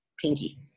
pinky